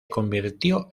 convirtió